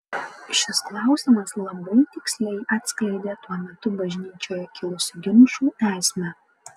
šis klausimas labai tiksliai atskleidė tuo metu bažnyčioje kilusių ginčų esmę